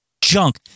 junk